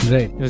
Right